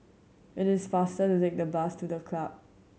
it is faster to take the bus to The Club